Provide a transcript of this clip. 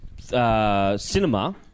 cinema